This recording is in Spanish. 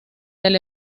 del